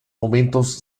momentos